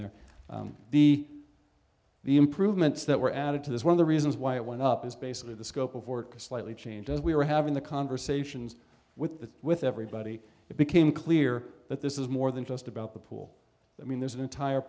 there the the improvements that were added to this one of the reasons why it went up is basically the scope of work a slightly changed as we were having the conversations with the with everybody it became clear that this is more than just about the pool i mean there's an entire